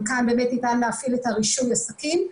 וכאן באמת ניתן להפעיל את רישוי העסקים,